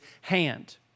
hand